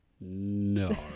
No